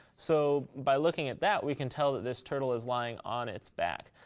so by looking at that, we can tell that this turtle is lying on its back.